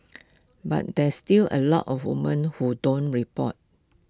but there's still A lot of woman who don't report